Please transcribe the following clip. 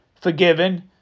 forgiven